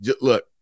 Look